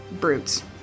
brutes